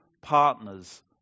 partners